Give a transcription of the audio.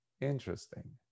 Interesting